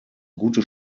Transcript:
gute